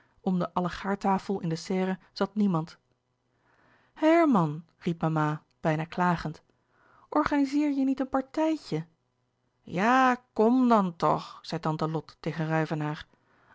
om de allegaârtafel in de serre zat niemand herman riep mama bijna klagend organizeer je niet een partijtje jà kom dan tch zei tante lot tegen